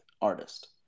artist